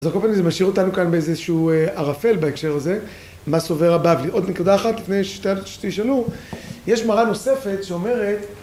אז על כל פנים זה משאיר אותנו כאן באיזשהו ערפל בהקשר הזה, מה סובר הבבלי. עוד נקודה אחת לפני שתשאלו, יש מראה נוספת שאומרת